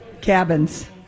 Cabins